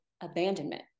abandonment